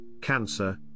cancer